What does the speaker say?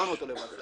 החזרנו אותו למעשה.